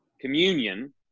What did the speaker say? communion